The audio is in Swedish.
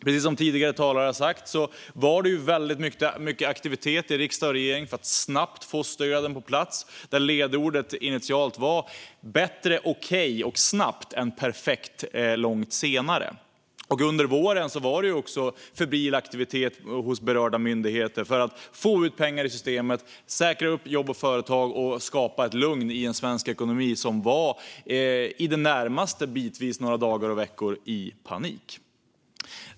Precis som tidigare talare har sagt var det väldigt mycket aktivitet i riksdag och regering för att snabbt få stöden på plats. Ledorden var initialt: Bättre okej och snabbt än perfekt och långt senare. Under våren var det också febril aktivitet hos berörda myndigheter för att få ut pengar i systemet, säkra upp jobb och företag och skapa ett lugn i en svensk ekonomi som bitvis var i det närmaste i panik under några dagar och veckor.